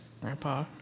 grandpa